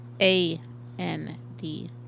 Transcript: A-N-D